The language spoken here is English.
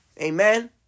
Amen